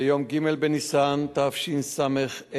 ביום ג' בניסן תשס"ה,